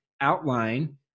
outline